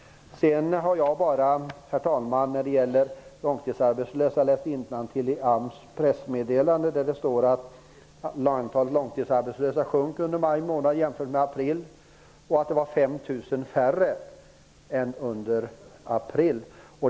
När det gäller de långtidsarbetslösa har jag läst innantill i AMS pressmeddelande. Där står det att antalet långtidsarbetslösa minskade under maj månad jämfört med april och att det var 5 000 färre arbetslösa jämfört med i april.